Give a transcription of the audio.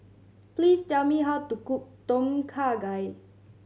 please tell me how to cook Tom Kha Gai